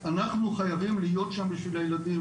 אנחנו חייבים להיות שם בשביל הילדים,